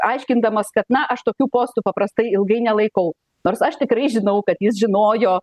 aiškindamas kad na aš tokių postų paprastai ilgai nelaikau nors aš tikrai žinau kad jis žinojo